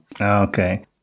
Okay